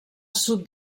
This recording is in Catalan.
sud